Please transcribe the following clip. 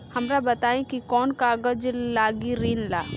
हमरा बताई कि कौन कागज लागी ऋण ला?